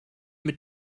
mit